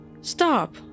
Stop